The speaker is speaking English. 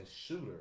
shooter